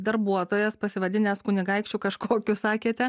darbuotojas pasivadinęs kunigaikščiu kažkokiu sakėte